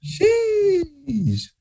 Jeez